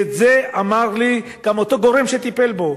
ואת זה אמר לי גם אותו גורם שטיפל בו.